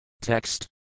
Text